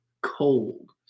cold